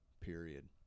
Period